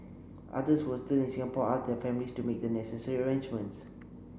others who were still in Singapore asked their families to make the necessary arrangements